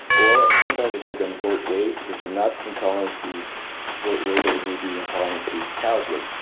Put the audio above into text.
or sometimes i give them goat whey because they're not intolerant to goat whey but they may be intolerant to cow's whey.